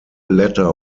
letter